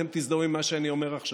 אתם תזדהו עם מה שאני אומר עכשיו.